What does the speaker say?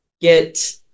get